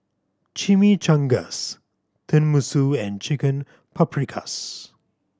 Chimichangas Tenmusu and Chicken Paprikas